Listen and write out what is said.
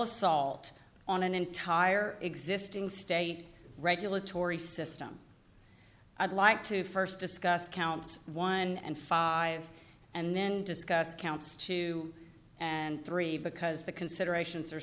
assault on an entire existing state regulatory system i'd like to st discuss counts one and five and then discuss counts two and three because the considerations